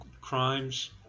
crimes